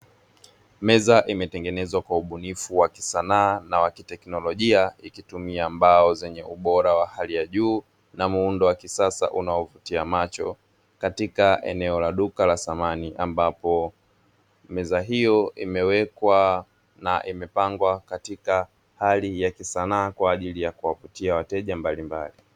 Meza imetengenezwa kwa ubunifu wa kisanaa na wakiteknolojia; ikitumia mbao kwa ubora wa hali ya juu na muundo wa kisasa unaovutia macho. Katika eneo la duka la samani ambapo meza hiyo imewekwa na imepengwa katika hali ya kisanaa kwa ajili ya kuwavutia wateja mbalimbali.